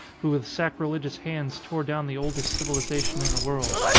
who with sacrilegious hands tore down the oldest civilisation in the world.